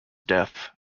death